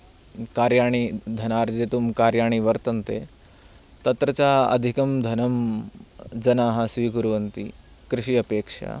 कार्याणि धनार्जितुं कार्याणि वर्तन्ते तत्र च अधिकं धनं जनाः स्वीकुर्वन्ति कृषि अपेक्षया